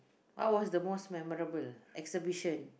what was the most memorable exhibition